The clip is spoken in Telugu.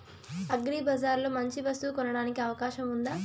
అగ్రిబజార్ లో మంచి వస్తువు కొనడానికి అవకాశం వుందా?